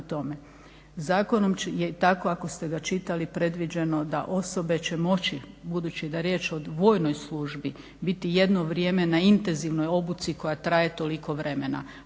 zakonom ako ste ga čitali predviđeno da će osobe moći budući da je riječ o dvojnoj službi biti jedno vrijeme na intenzivnoj obuci koja traje toliko vremena,